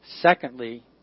Secondly